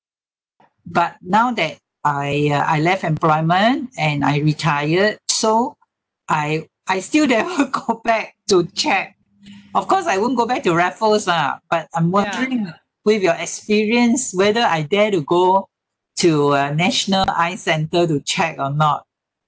but now that I uh I left employment and I retired so I I still never go back to check of course I won't go back to raffles lah but I'm wondering with your experience whether I dare to go to uh national eye centre to check or not